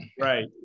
Right